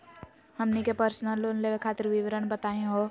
हमनी के personal loan लेवे खातीर विवरण बताही हो?